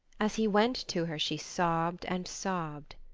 as he went to her she sobbed and sobbed.